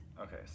Okay